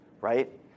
right